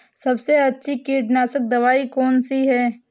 सबसे अच्छी कीटनाशक दवाई कौन सी है?